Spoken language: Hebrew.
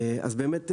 אז באמת,